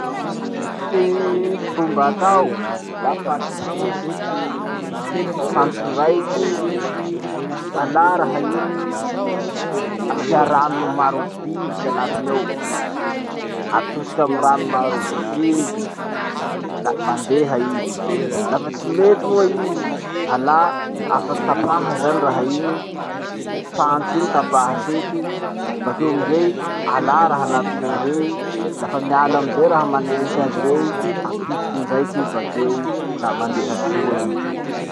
Ty fomba atao lafa tsentsy ty fantso raiky. Alà raha iny, asia rano marobiby ty antiny ao, atosiky amy rano maro biby, la mandeha i. Lafa tsy mety moa i, alà, afaky tapaha zany raha iny, fantso iny tapaha tseky, bakeo amizay, alà raha anatiny ao rey, lafa miala amizay raha manentsy azy rey, apitiky ndraiky bakeo, la mandeha soa i.